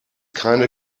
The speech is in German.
keine